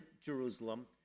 Jerusalem